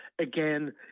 again